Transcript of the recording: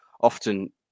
often